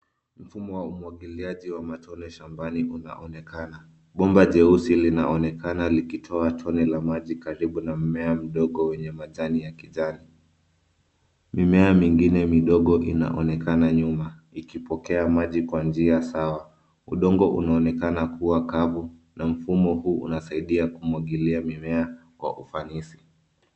Mfumo wa umwagiliaji wa matone shambani unaonekana. Bomba jeusi linaonekana likitoa tone la maji karibu na mmea mdogo wenye majani ya kijani. Mimea mingine midogo inaonekana nyuma, ikipokea maji kwa njia sawa. Udongo unaonekana kuwa kavu na mfumo huu unasaidia kumwagilia mimea kwa ufanisi.